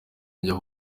njya